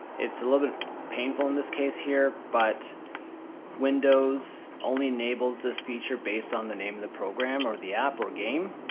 it's a little bit painful in this case here, but windows only enables this feature based on the name of the program or the app or game.